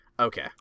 Okay